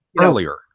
earlier